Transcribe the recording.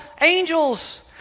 angels